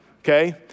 okay